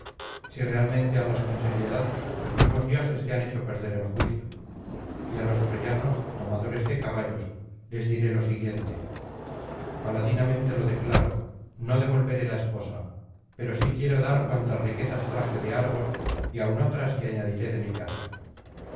si realmente hablas con seriedad los mismos dioses te han hecho perder el juicio y á los troyanos domadores de caballos les diré lo siguiente paladinamente lo declaro no devolveré la esposa pero sí quiero dar cuantas riquezas traje de argos y aun otras que añadiré de mi casa